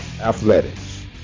athletics